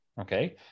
okay